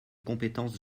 compétence